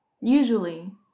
Usually